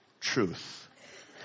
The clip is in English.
truth